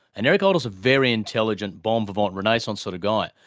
and eric idle is a very intelligent bon vivant renaissance sort of guy,